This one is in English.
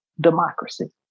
democracy